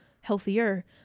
healthier